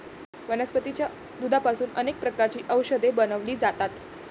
वनस्पतीच्या दुधापासून अनेक प्रकारची औषधे बनवली जातात